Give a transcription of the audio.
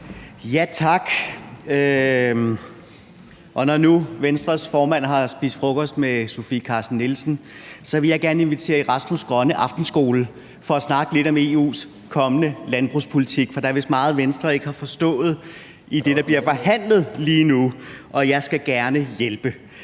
Tak. Når nu Venstres formand har spist frokost med Sofie Carsten Nielsen, vil jeg gerne invitere ham i Rasmus' grønne aftenskole for at snakke lidt om EU's kommende landbrugspolitik, for der er vist meget, Venstre ikke har forstået i det, der bliver forhandlet lige nu. Og jeg skal gerne hjælpe.